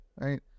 right